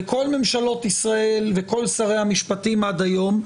וכל ממשלות ישראל וכל שרי המשפטים עד היום,